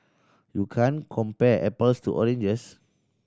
you can't compare apples to oranges